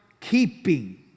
keeping